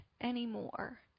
anymore